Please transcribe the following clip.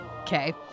okay